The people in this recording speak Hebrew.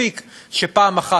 מספיק שפעם אחת,